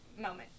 moment